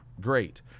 Great